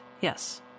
Yes